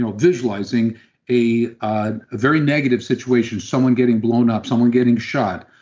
and visualizing a very negative situation, someone getting blown up, someone getting shot,